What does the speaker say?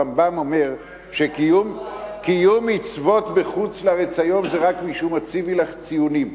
הרמב"ם אומר שקיום מצוות בחוץ-לארץ היום זה רק משום "הציבי לך ציונים"